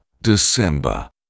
December